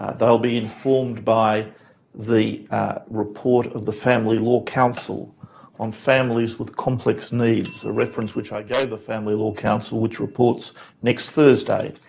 they will be informed by the report of the family law council on families with complex needs, a reference which i gave the family law council which reports next thursday,